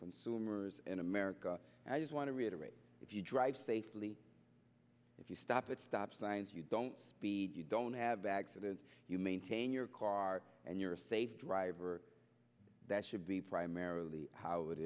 consumers in america i just want to reiterate if you drive safely if you stop at stop signs you don't speed you don't have bags didn't you maintain your car and you're a safe driver that should be primarily how it